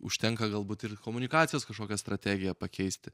užtenka galbūt ir komunikacijos kažkokią strategiją pakeisti